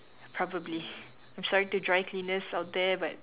probably I'm sorry to dry cleaners out there but